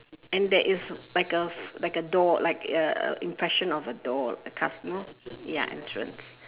and there is like a like a door like uh impression of a door a casino ya entrance